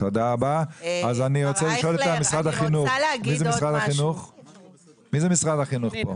רוצה לשאול את משרד החינוך מי ממשרד החינוך?